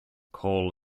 call